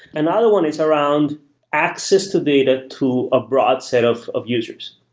another one is around access to data to a broad set of of users.